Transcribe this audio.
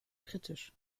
kritisch